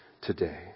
today